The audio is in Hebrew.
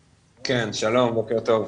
כן, שלום, בוקר טוב.